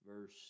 verse